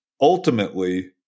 ultimately